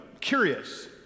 curious